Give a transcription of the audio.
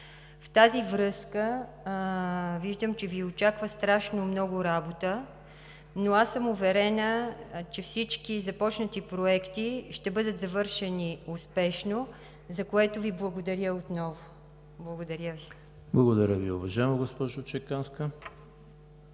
В тази връзка виждам, че Ви очаква страшно много работа, но аз съм уверена, че всички започнати проекти ще бъдат завършени успешно, за което Ви благодаря отново. Благодаря Ви! ПРЕДСЕДАТЕЛ ЕМИЛ ХРИСТОВ: Благодаря Ви, уважаема госпожо Чеканска.